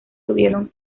tuvieron